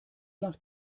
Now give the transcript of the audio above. nach